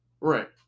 Right